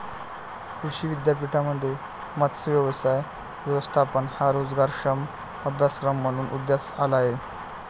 कृषी विद्यापीठांमध्ये मत्स्य व्यवसाय व्यवस्थापन हा रोजगारक्षम अभ्यासक्रम म्हणून उदयास आला आहे